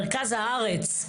מרכז הארץ.